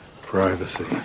Privacy